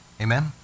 amen